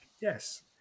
yes